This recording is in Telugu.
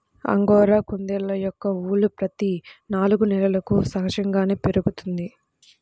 అంగోరా కుందేళ్ళ యొక్క ఊలు ప్రతి నాలుగు నెలలకు సహజంగానే పెరుగుతుంది